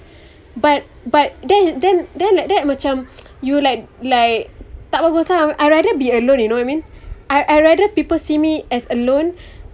but but then then then like that much macam you like like tak bagus lah I I rather be alone you know what I mean I I rather people see me as alone